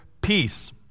peace